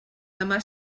demà